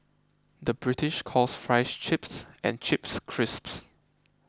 the British calls Fries Chips and Chips Crisps